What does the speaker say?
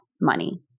money